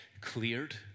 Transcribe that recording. cleared